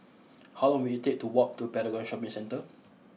how long will it take to walk to Paragon Shopping Centre